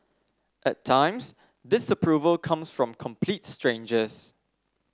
at times disapproval comes from complete strangers